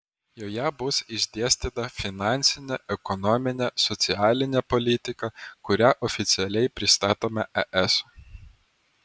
joje bus išdėstyta finansinė ekonominė socialinė politika kurią oficialiai pristatome es